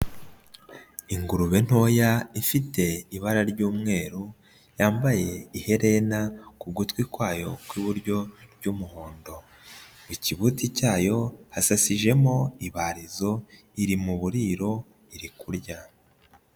Ingurube ntoya ifite ibara ry'umweru yambaye iherena ku gutwi kwayo kw'iburyo ry'umuhondo, ikibuti cyayo hasasijemo ibarizo iri mu buririro iri kurya.